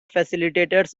facilitators